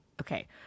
okay